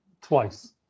twice